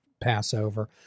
Passover